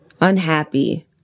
Unhappy